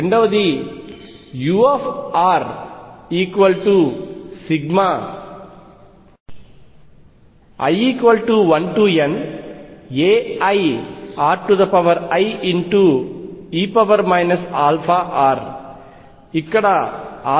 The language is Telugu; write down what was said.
రెండవది uri1nairie αr ఇక్కడ 2mE2